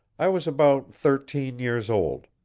i was about thirteen years old.